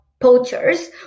poachers